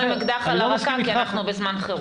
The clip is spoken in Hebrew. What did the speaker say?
עם אקדח על הרקה כי אנחנו בזמן חירום.